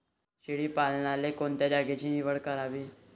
शेळी पालनाले कोनच्या जागेची निवड करावी?